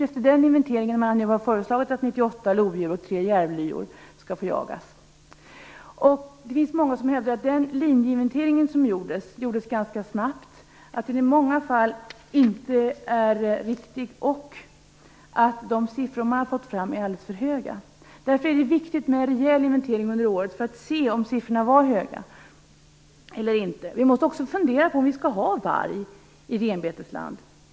Efter den inventeringen har man nu föreslagit att 98 lodjur och järvar i tre järvlyor skall få jagas. Det finns många som hävdar att den utförda linjeinventeringen gjordes ganska snabbt, att den i många fall inte är riktig och att de siffror man har fått fram är alldeles för höga. Därför är det viktigt med en rejäl inventering under året. Då kan vi se om siffrorna var höga eller inte. Vi måste också fundera på om vi skall ha varg i renbetesland.